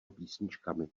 písničkami